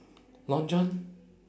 long john